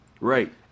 Right